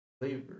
flavor